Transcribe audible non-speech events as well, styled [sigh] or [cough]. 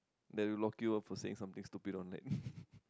that they will lock you up for saying something stupid online [laughs]